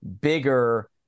bigger